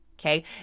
okay